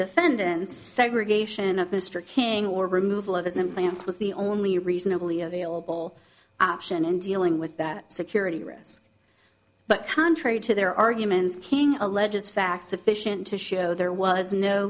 defendant's segregation of mr king or removal of his implants was the only reasonably available option in dealing with that security risk but contrary to their arguments king alleges facts sufficient to show there was no